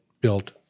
built